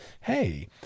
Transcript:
hey